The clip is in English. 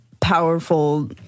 powerful